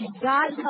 God